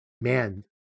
man